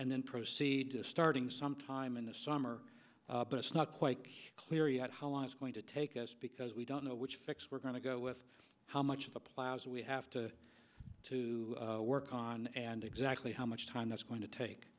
and then proceed to starting sometime in the summer but it's not quite clear yet how long it's going to take us because we don't know which fix we're going to go with how much of the plows we have to work on and exactly how much time that's going to take